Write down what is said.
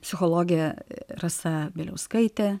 psichologė rasa bieliauskaitė